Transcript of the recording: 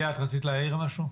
ליאת, רציתי להעיר משהו.